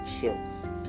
chills